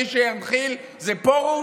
מי שינחיל זה פרוש?